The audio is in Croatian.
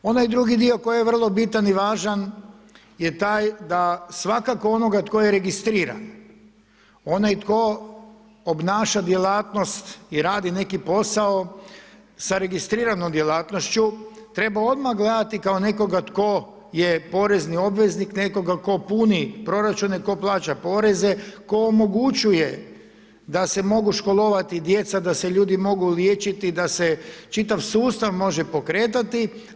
Onaj drugi dio koji je vrlo bitan i važan je taj da svakako onoga tko je registriran, onaj tko obnaša djelatnost i radi neki posao sa registriranom djelatnošću, treba odmah gledati kao nekoga tko je porezni obveznik, nekoga tko puni proračune, tko plaća poreze, tko omogućuje da se mogu školovati djeca, da se ljudi mogu liječiti, da se čitav sustav može pokretati.